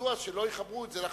מדוע שלא יחברו את זה לחשמל,